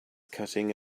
cutting